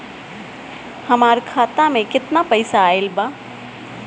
हमार खाता मे केतना पईसा आइल बा?